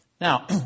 Now